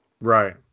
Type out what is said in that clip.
Right